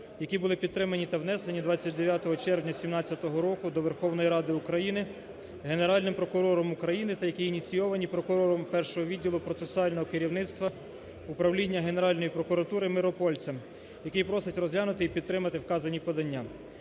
які були підтримані та внесені 29 червня 2017 року до Верховної Ради України Генеральним прокурором України та як ініційовані прокурором Першого відділу процесуального керівництва Управління Генеральної прокуратури Миропольцем, який просить розглянути і підтримати вказані подання.